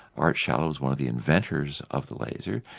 art schawlow is one of the inventors of the laser,